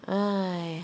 !hais!